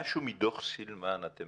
משהו מדוח סילמן אתם